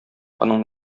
аның